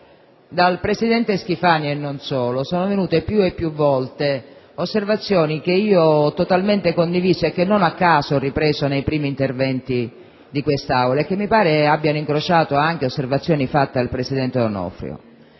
dal presidente Schifani e non solo sono venute, più e più volte, osservazioni che io ho totalmente condiviso e che non a caso ho ripreso nei primi interventi in Aula - che mi pare abbiano incrociato anche osservazioni fatte dal presidente D'Onofrio